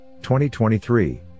2023